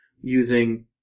using